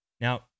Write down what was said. Now